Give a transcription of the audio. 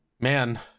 man